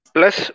Plus